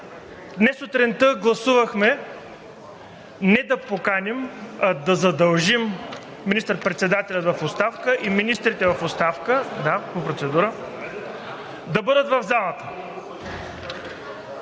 Днес сутринта гласувахме не да поканим, а да задължим министър-председателя в оставка и министрите в оставка да бъдат в залата.